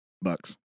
Bucks